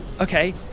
okay